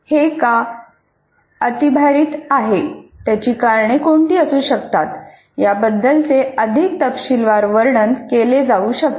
हे का अतिभारित आहे त्याची कारणे कोणती असू शकतात याबद्दलचे अधिक तपशीलवार वर्णन केले जाऊ शकते